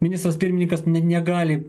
ministras pirmininkas ne negali